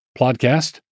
podcast